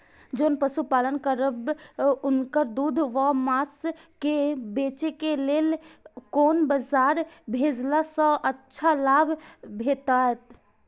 जोन पशु पालन करब उनकर दूध व माँस के बेचे के लेल कोन बाजार भेजला सँ अच्छा लाभ भेटैत?